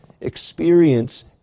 experience